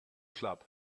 club